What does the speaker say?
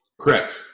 Correct